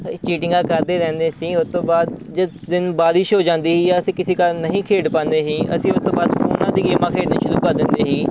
ਚੀਟਿੰਗਾਂ ਕਰਦੇ ਰਹਿੰਦੇ ਸੀ ਉਹ ਤੋਂ ਬਾਅਦ ਜਿਸ ਦਿਨ ਬਾਰਿਸ਼ ਹੋ ਜਾਂਦੀ ਸੀ ਜਾਂ ਅਸੀਂ ਕਿਸੀ ਕਾਰਨ ਨਹੀਂ ਖੇਡ ਪਾਉਂਦੇ ਸੀ ਅਸੀਂ ਉਹ ਤੋਂ ਬਾਅਦ ਫੋਨਾਂ 'ਤੇ ਗੇਮਾਂ ਖੇਡਣੀ ਸ਼ੁਰੂ ਕਰ ਦਿੰਦੇ ਸੀ